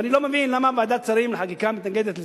ואני לא מבין למה ועדת השרים לחקיקה מתנגדת לזה.